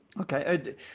Okay